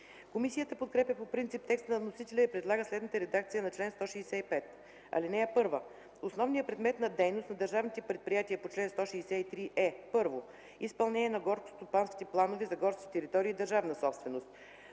Комисията подкрепя по принцип текста на вносителя и предлага следната редакция на чл. 165: „Чл. 165. (1) Основният предмет на дейност на държавните предприятия по чл. 163 е: 1. изпълнение на горскостопанските планове за горските територии – държавна собственост;